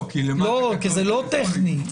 זה לא טכני.